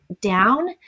down